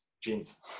jeans